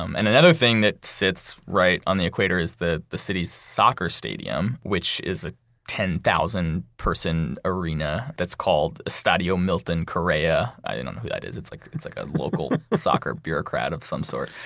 um and another thing that sits right on the equator is the the city's soccer stadium, which is a ten thousand person arena that's called estadio milton correa. i don't know who that is. it's like it's like a local soccer bureaucrat of some sort.